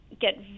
get